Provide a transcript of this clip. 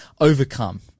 overcome